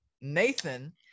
Nathan